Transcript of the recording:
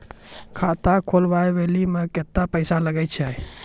खाता खोलबाबय मे केतना पैसा लगे छै?